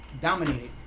dominated